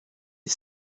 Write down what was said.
est